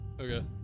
Okay